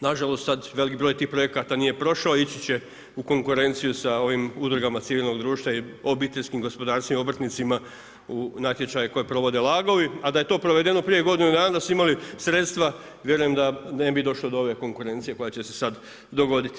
Nažalost sad velik broj tih projekata nije prošao, ići će u konkurenciju sa ovim udrugama civilnog društva i obiteljskim gospodarstvima, obrtnicima u natječaju koji provode lagovi, a da je to provedeno prije godinu dana, da su imali sredstva vjerujem da ne bi došlo do ove konkurencije koja će se sad dogoditi.